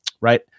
right